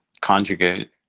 conjugate